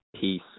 Peace